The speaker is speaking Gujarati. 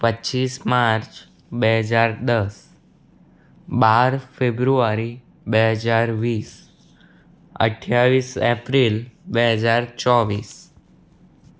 પચ્ચીસ માર્ચ બે હજાર દસ બાર ફેબ્રુઆરી બે હજાર વીસ અઠ્ઠાવીસ એપ્રિલ બે હજાર ચોવીસ